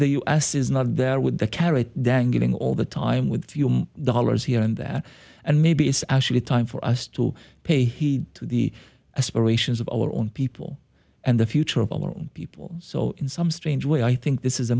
the u s is not there with the carrot dangling all the time with a few dollars here and there and maybe it's actually time for us to pay heed to the aspirations of our own people and the future of our own people so in some strange way i think this is a